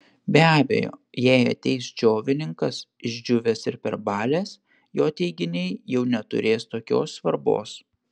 be abejo jei ateis džiovininkas išdžiūvęs ir perbalęs jo teiginiai jau neturės tokios svarbos